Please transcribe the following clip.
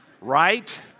Right